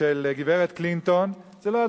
של גברת קלינטון זה לא,